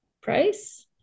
price